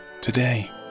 today